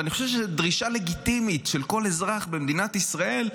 ואני חושב שזו דרישה לגיטימית של כל אזרח במדינת ישראל,